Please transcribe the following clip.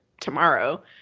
tomorrow